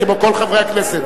כמו כל חברי הכנסת.